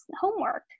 homework